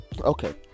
okay